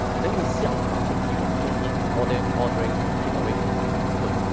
and then we see a lot of people coming in, ordering ordering take-away food.